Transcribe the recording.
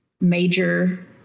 major